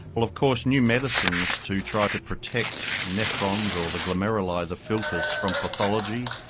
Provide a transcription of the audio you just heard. of course new medicines to try to protect nephrons or the glomeruli, the filters, from pathology,